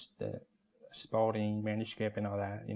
the spaulding manuscript and all that.